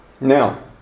Now